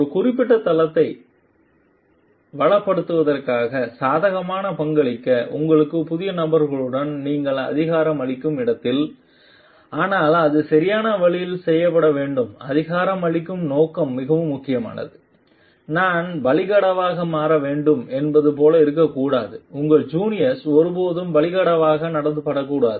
ஒரு குறிப்பிட்ட களத்தை வளப்படுத்துவதற்கு சாதகமாக பங்களிக்க உங்கள் புதிய நபர்களுக்கு நீங்கள் அதிகாரம் அளிக்கும் இடத்தில் ஆனால் அது சரியான வழியில் செய்யப்பட வேண்டும் அதிகாரம் அளிக்கும் நோக்கம் மிகவும் முக்கியமானது நான் பலிகடாவாக மாற வேண்டும் என்பது போல இருக்கக்கூடாது உங்கள் ஜூனியர்ஸ் ஒருபோதும் பலிகடாவாக நடத்தப்படக்கூடாது